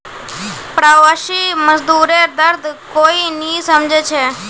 प्रवासी मजदूरेर दर्द कोई नी समझे छे